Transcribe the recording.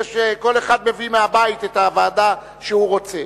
כל אחד מביא מהבית את הוועדה שהוא רוצה.